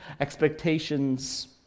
expectations